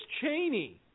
Cheney